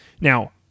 Now